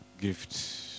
gift